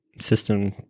system